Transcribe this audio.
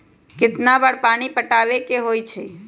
कितना बार पानी पटावे के होई छाई?